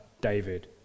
David